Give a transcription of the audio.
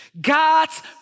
God's